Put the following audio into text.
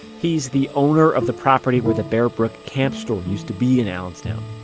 he's the owner of the property where the bear brook camp store used to be in allenstown.